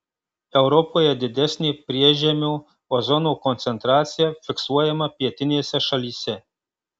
europoje didesnė priežemio ozono koncentracija fiksuojama pietinėse šalyse